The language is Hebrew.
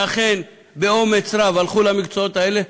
שאכן באומץ רב הלכו למקצועות האלה,